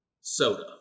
soda